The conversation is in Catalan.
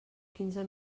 quinze